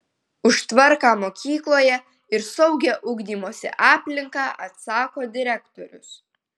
už tvarką mokykloje ir saugią ugdymosi aplinką atsako direktorius